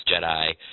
Jedi